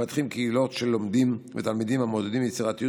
מפתחים קהילות של לומדים ותלמידים המעודדים יצירתיות